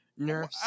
Nerf's